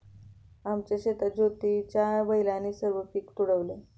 आमच्या शेतात ज्योतीच्या बैलाने सर्व पीक तुडवले